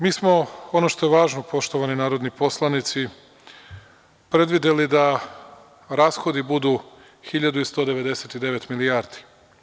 Mi smo, ono što je važno, poštovani narodni poslanici, predvideli da rashodi budu 1.199 milijardi.